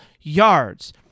yards